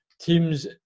Teams